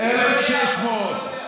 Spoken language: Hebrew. הוא לא יודע.